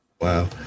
Wow